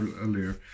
earlier